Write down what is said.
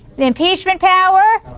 the impeachment power,